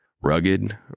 Rugged